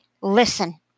listen